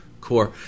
core